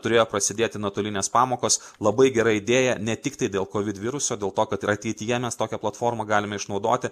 turėjo prasidėti nuotolinės pamokos labai gera idėja ne tik tai dėl kovid viruso dėl to kad ir ateityje mes tokią platformą galime išnaudoti